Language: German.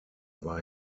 war